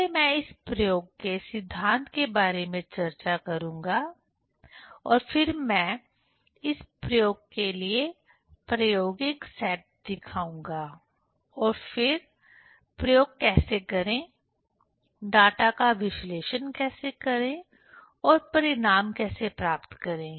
पहले मैं इस प्रयोग के सिद्धांत के बारे में चर्चा करूंगा और फिर मैं इस प्रयोग के लिए प्रायोगिक सेट दिखाऊंगा और फिर प्रयोग कैसे करें डेटा का विश्लेषण कैसे करें और परिणाम कैसे प्राप्त करें